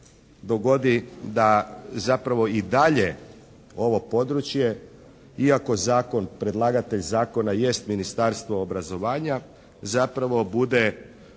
dogodi da zapravo i dalje ovo područje iako zakon, predlagatelj zakona jest Ministarstvo obrazovanja, zapravo bude